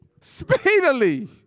Speedily